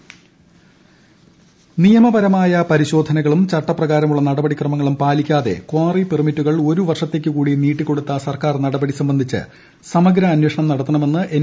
കാറി പെർമിറ്റുകൾ നിയമപരമായ പരിശോധനകളും ചട്ടപ്രകാരമുളള നടപടിക്രമങ്ങളും പാലിക്കാതെ കാറി പെർമിറ്റുകൾ ഒരു വർഷത്തേക്ക് കൂടി നീട്ടിക്കൊടുത്ത സർക്കാർ നടപടി സംബന്ധിച്ച് സമഗ്ര അന്വേഷണം നടത്തണമെന്ന് എൻ